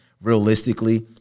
Realistically